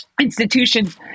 institutions